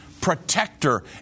protector